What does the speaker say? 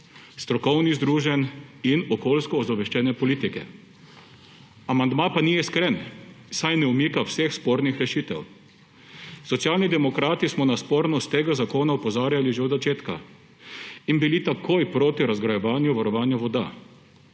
strokovnih združenj in okoljsko ozaveščene politike. Amandma pa ni iskren, saj ne umika vseh spornih rešitev. Socialni demokrati smo na spornost tega zakona opozarjali že od začetka in bili takoj proti razgrajevanju varovanja voda.